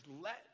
let